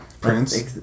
Prince